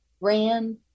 Ran